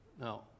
No